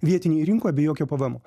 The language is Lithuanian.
vietinėj rinkoj be jokio pvmo